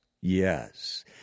Yes